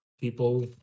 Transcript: people